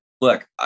Look